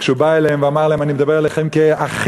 כשהוא בא אליהם ואמר להם: אני מדבר אליכם כאחים.